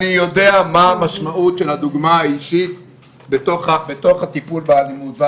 אני יודע מה המשמעות של הדוגמה האישית בתוך הטיפול באלימות.